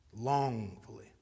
longfully